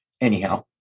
anyhow